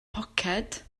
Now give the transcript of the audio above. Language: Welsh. poced